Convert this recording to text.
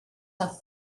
have